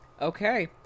okay